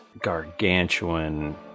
gargantuan